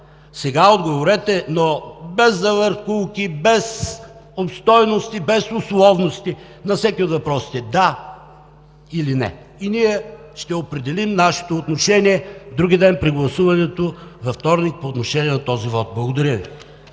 Сега отговорете, но без завъртулки, без обстойности, без условности на всеки от въпросите: „да“ или „не“. Ние ще определим нашето отношение вдругиден, при гласуването във вторник, по отношение на този вот. Благодаря Ви.